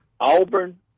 Auburn